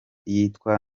yitwa